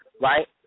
right